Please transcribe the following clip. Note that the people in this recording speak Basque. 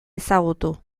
ezagutu